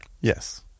Yes